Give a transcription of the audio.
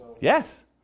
Yes